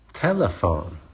telephone